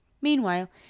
Meanwhile